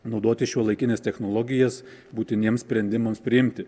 naudoti šiuolaikines technologijas būtiniems sprendimams priimti